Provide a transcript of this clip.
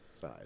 side